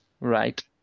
Right